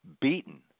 beaten